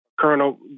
Colonel